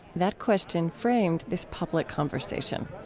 that question framed this public conversation